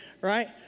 right